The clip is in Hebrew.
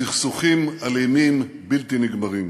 סכסוכים אלימים בלתי נגמרים.